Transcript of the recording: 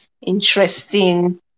interesting